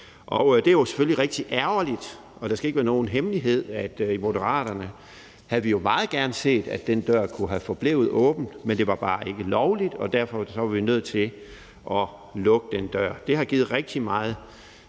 Det er jo selvfølgelig rigtig ærgerligt. Det skal ikke være nogen hemmelighed, at vi i Moderaterne meget gerne havde set, at den dør kunne have været forblevet åben, men det var bare ikke lovligt, og derfor var vi nødt til at lukke den dør. Det har givet rigtig meget debat,